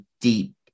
deep